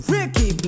Ricky